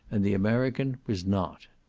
and the american was not.